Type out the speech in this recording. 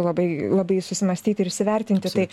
labai labai susimąstyti ir įsivertinti tai